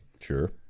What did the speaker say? Sure